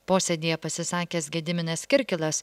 posėdyje pasisakęs gediminas kirkilas